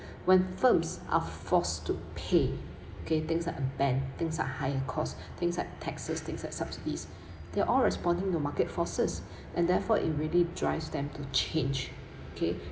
when firms are forced to pay okay things like a ban things like higher cost things like tax things that subsidies they are all responding to market forces and therefore it really drives them to change okay